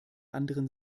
anderen